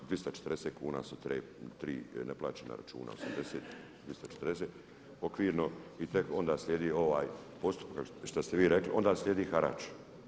340 kuna su tri neplaćena računa, 80, 240 okvirno i tek onda slijedi ovaj postupak što ste vi rekli, onda slijedi harač.